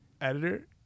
editor